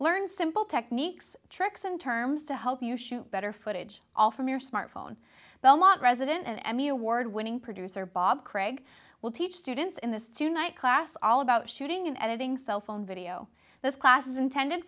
learn simple techniques tricks and terms to help you shoot better footage all from your smartphone but a lot resident emmy award winning producer bob craig will teach students in this tonight class all about shooting and editing cell phone video this class is intended